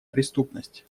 преступность